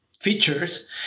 features